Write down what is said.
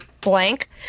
blank